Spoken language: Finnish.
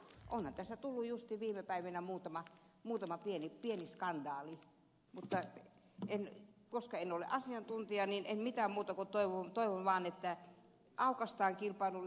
onhan tässä tullut justiin viime päivinä muutama pieni skandaali mutta koska en ole asiantuntija niin en mitään muuta kuin toivon vaan että tämä aukaistaan kilpailulle